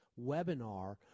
webinar